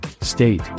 state